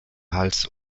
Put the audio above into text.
hals